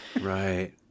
Right